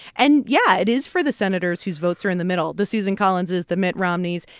and, yeah, it is for the senators whose votes are in the middle the susan collinses, the mitt romneys.